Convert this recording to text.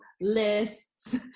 lists